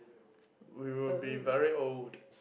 we will be very old